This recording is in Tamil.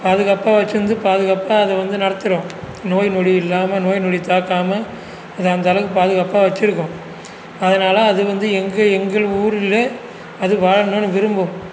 பாதுகாப்பாக வச்சுருந்து பாதுகாப்பாக அது வந்து நடத்துகிறோம் நோய் நொடி இல்லாமல் நோய் நொடி தாக்காமல் இது அந்தளவுக்கு பாதுகாப்பாக வச்சுருக்கோம் அதனால் அது வந்து எங்கே எங்கள் ஊரில் அது வாழணுன்னு விரும்பும்